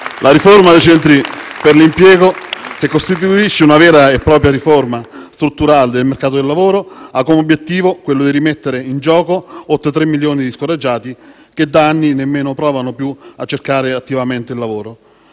La riforma dei centri per l'impiego, che costituisce una vera e propria riforma strutturale del mercato del lavoro, ha come obiettivo quello di rimettere in gioco oltre 3 milioni di scoraggiati, che da anni nemmeno provano più a cercare attivamente un lavoro.